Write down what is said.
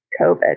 COVID